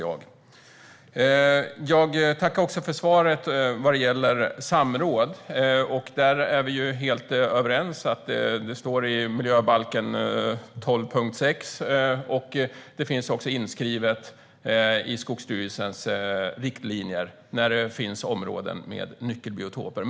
Jag vill också tacka för svaret vad gäller samråd. Där är jag och ministern helt överens. Det står i miljöbalken 12 kap. 6 §. Det finns också inskrivet i Skogsstyrelsens riktlinjer, om områden med nyckelbiotoper.